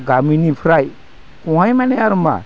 गामिनिफ्राय सहाय माने आरो मा